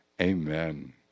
amen